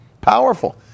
Powerful